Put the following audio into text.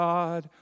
God